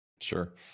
Sure